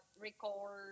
record